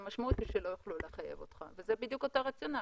המשמעות היא שלא יוכלו לחייב אותך וזה בדיוק אותו רציונל.